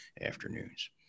afternoons